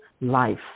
life